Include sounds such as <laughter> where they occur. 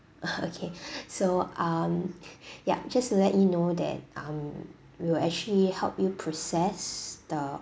<laughs> okay <breath> so um <laughs> yup just to let you know that um we will actually help you process the